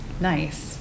Nice